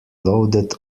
loaded